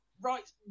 Right